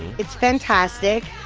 it's fantastic.